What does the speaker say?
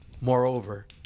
Moreover